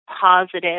positive